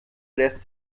lässt